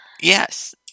Yes